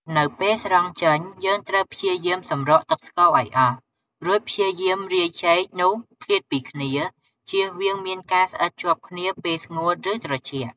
នៅពេលស្រង់ចេញ យើងត្រូវព្យាយាមសម្រក់ទឹកស្ករឲ្យអស់ រួចព្យាយាមរាយចេកនោះឃ្លាតពីគ្នា ជៀសវាងមានការស្អិតជាប់គ្នាពេលស្ងួត ឬ ត្រជាក់។